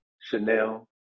Chanel